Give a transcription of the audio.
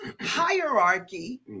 hierarchy